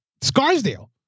Scarsdale